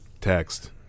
text